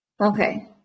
Okay